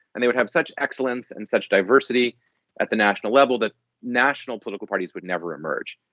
and they would have such excellence and such diversity at the national level that national political parties would never emerge.